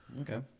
okay